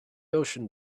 ocean